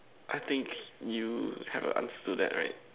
I think you have the answer to that right